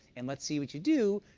and let's see what you do.